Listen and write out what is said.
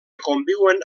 conviuen